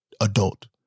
adult